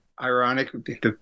ironic